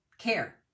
care